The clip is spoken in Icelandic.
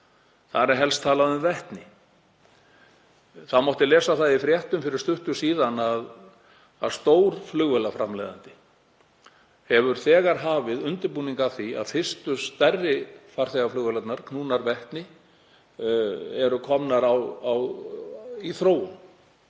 Þar er helst talað um vetni. Það mátti lesa það í fréttum fyrir stuttu að stór flugvélaframleiðandi hefur þegar hafið undirbúning að því að fyrstu stærri farþegaflugvélarnar, knúnar vetni, komist í þróun.